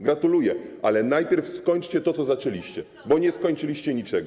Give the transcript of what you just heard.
Gratuluję, ale najpierw skończcie to, co zaczęliście, bo nie skończyliście niczego.